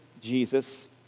Jesus